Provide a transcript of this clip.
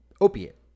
opiate